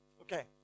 Okay